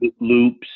loops